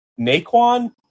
Naquan